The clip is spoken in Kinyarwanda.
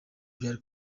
byari